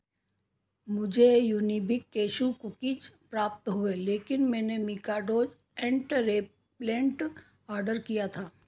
मुझे Unibic cashew cookies प्राप्त हुए लेकिन मैंने मिकाडोज़ ऐंट रेपेलेंट आर्डर किया था